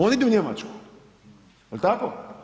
Oni idu Njemačku, jel tako?